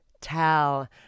tell